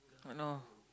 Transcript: I know